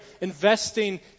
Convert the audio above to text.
investing